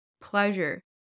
pleasure